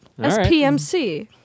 SPMC